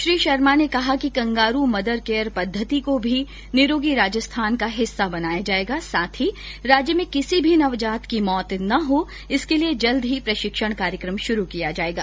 श्री शर्मा ने कहा कि कंगारू मदर केयर पद्धति को भी निरोगी राजस्थान का हिस्सा बनाया जाएगा साथ ही राज्य में किसी भी नवजात की मौत न हो इसके लिए जल्द ही प्रशिक्षण कार्यक्रम शुरु किया जाएगा